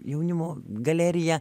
jaunimo galerija